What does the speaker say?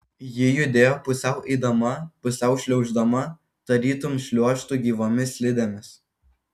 ji judėjo pusiau eidama pusiau šliauždama tarytum šliuožtų gyvomis slidėmis